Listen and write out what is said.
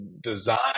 design